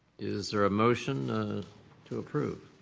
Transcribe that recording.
is there a motion to approve?